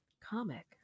comic